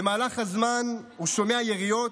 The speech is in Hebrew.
במהלך הזמן הוא שומע יריות.